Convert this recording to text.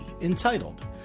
entitled